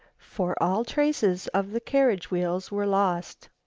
for all traces of the carriage wheels were lost.